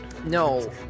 No